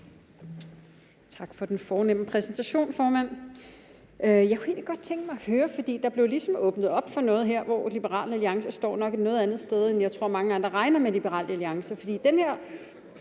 Tak for den fornemme præsentation, formand. Der blev ligesom åbnet op for noget her, hvor Liberal Alliance nok står et noget andet sted, end jeg tror mange regner med at Liberal Alliance